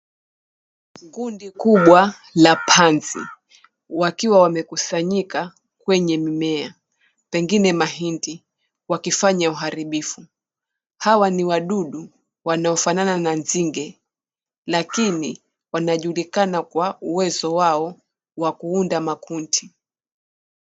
Kundi kubwa la panzi wakiwa wamekusanyika kwenye mimea pengine mahindi wakifanya uharibifu. Hawa ni wadudu wanaofanana na nzige lakini wanajulikana kwa uwezo wao wa kuunda makundi.